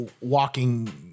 walking